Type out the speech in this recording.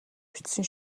бичсэн